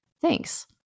Thanks